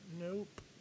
Nope